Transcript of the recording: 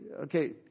Okay